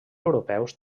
europeus